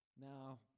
Now